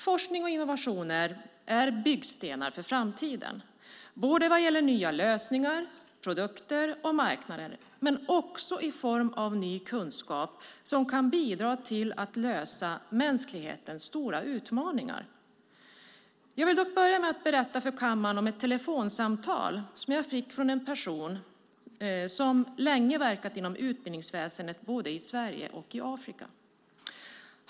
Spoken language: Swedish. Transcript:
Forskning och innovationer är byggstenar för framtiden, både vad gäller nya lösningar, produkter och marknader men också i form av ny kunskap som kan bidra till mänsklighetens stora utmaningar. Jag vill dock börja med att berätta för kammaren om ett telefonsamtal jag fick från en person som länge verkat inom utbildningsväsendet både i Sverige och i Afrika.